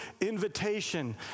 invitation